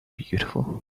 beautiful